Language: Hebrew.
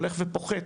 הולך ופוחת.